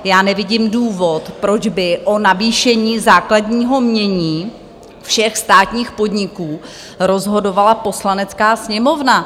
Já nevidím důvod, proč by o navýšení základního jmění všech státních podniků rozhodovala Poslanecká sněmovna.